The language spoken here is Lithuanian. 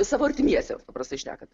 savo artimiesiems paprastai šnekant